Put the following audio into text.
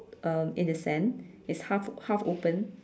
um in the sand is half half open